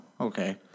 okay